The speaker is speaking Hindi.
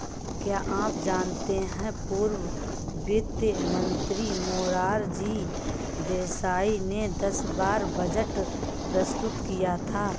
क्या आप जानते है पूर्व वित्त मंत्री मोरारजी देसाई ने दस बार बजट प्रस्तुत किया है?